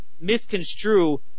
misconstrue